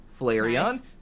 Flareon